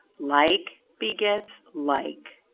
like begets like.